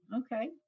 okay